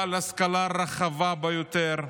בעל השכלה רחבה ביותר,